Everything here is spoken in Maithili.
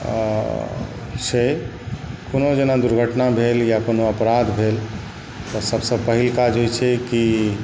आऽ छै कोनो जेना दुर्घटना भेल या कोनो अपराध भेल तँ सबसँ पहिल काज होइ छै कि